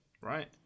right